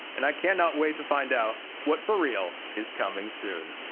and i cannot wait to find out what, for real, is coming soon.